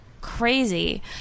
Crazy